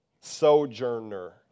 Sojourner